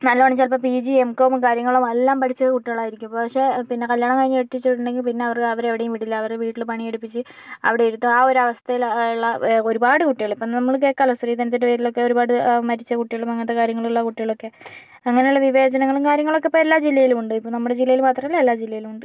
നല്ലോണം ചിലപ്പോൾ P G M Com കാര്യങ്ങളും എല്ലാം പഠിച്ച കുട്ടികളായിരിക്കും പക്ഷേ പിന്നെ കല്യാണം കഴിഞ്ഞ് കെട്ടിച്ചു വിടണമെങ്കിൽ പിന്നെ അവർക്ക് അവരെ എവിടേയും വിടില്ല അവരെ വീട്ടില് പണിയെടുപ്പിച്ച് അവിടെ ഇരുത്തും ആ ഒരവസ്ഥയില് ഉള്ള ഒരുപാട് കുട്ടികള് ഇപ്പോൾ നമ്മള് കേൾക്കാമല്ലോ സ്ത്രീധനത്തിൻ്റെ പേരിലൊക്കെ ഒരുപാട് മരിച്ച കുട്ടികളും അങ്ങനത്തെ കാര്യങ്ങളുള്ള കുട്ടികളൊക്കെ അങ്ങനുള്ള വിവേചനങ്ങളും കാര്യങ്ങളൊക്കെ ഇപ്പോൾ എല്ലാ ജില്ലയിലുമുണ്ട് ഇപ്പോൾ നമ്മുടെ ജില്ലയില് മാത്രമല്ല എല്ലാ ജില്ലയിലുമുണ്ട്